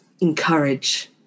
encourage